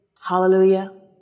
hallelujah